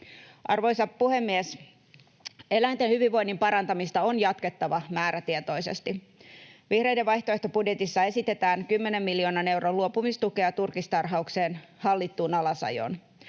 Arvoisa puhemies! Eläinten hyvinvoinnin parantamista on jatkettava määrätietoisesti. Vihreiden vaihtoehtobudjetissa esitetään kymmenen miljoonan euron luopumistukea turkistarhauksen hallittuun alasajoon.